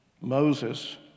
Moses